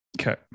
Okay